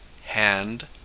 hand